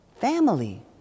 Family